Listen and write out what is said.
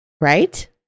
right